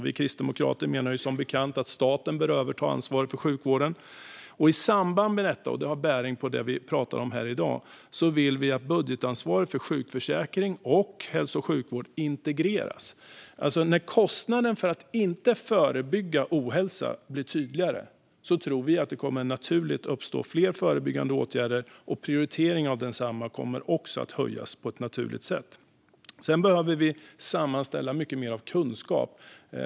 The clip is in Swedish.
Vi kristdemokrater menar som bekant att staten bör överta ansvaret för sjukvården. I samband med detta, och det har bäring på det som vi pratar om här i dag, vill vi att budgetansvaret för sjukförsäkring och hälso och sjukvård integreras. När kostnaden för att inte förebygga ohälsa blir tydligare tror vi att det naturligt kommer att uppstå fler förebyggande åtgärder och prioritering av dessa. Sedan behöver vi sammanställa mycket mer kunskap.